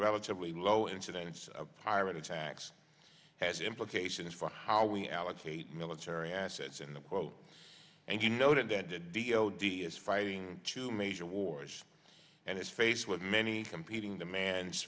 relatively low incidence of pirate attacks has implications for how we allocate military assets in the quote and you noted that the d o d is fighting two major wars and it's faced with many competing demands